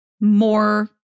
more